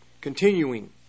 Continuing